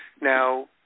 Now